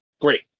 Great